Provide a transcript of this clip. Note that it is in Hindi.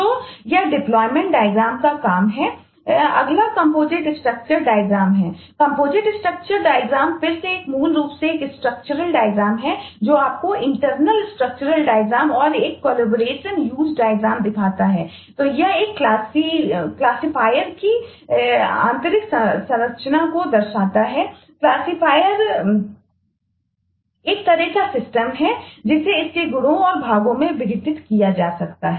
तो यह डेप्लॉयमेंट डायग्राम भी दिखा सकते हैं